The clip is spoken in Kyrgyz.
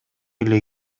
эле